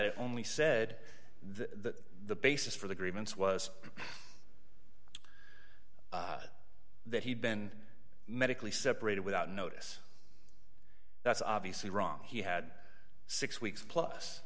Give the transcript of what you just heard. it only said that the basis for the grievance was that he'd been medically separated without notice that's obviously wrong he had six weeks plus